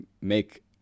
make